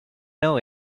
know